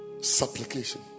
supplication